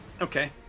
Okay